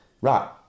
Right